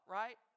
right